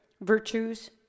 virtues